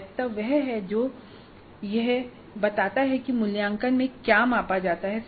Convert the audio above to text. वैधता वह है जो ये बताता है कि मूल्यांकन मे क्या मापा जाता है